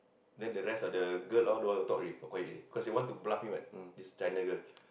then the rest of the girl all don't want to talk already talk quiet already cause they want to bluff me what this China girl